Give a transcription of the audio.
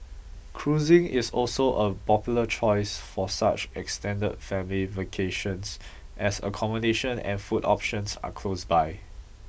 cruising is also a popular choice for such extended family vacations as accommodation and food options are close by